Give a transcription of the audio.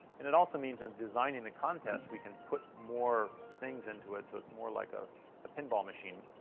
and it also means in designing a contest, we can put more things into it, so it's more like ah a pinball machine.